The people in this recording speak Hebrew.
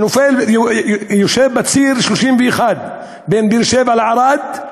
שיושב בציר 31 בין באר-שבע לערד,